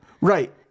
Right